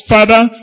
Father